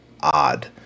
odd